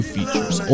Features